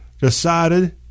decided